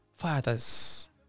fathers